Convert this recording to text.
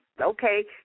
okay